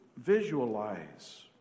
visualize